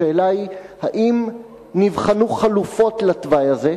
השאלה היא, האם נבחנו חלופות לתוואי הזה,